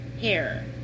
hair